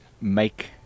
make